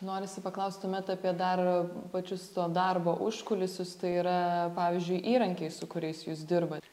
norisi paklaust tuomet apie dar pačius to darbo užkulisius tai yra pavyzdžiui įrankiai su kuriais jūs dirbat